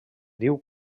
diu